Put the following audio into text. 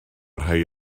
rhai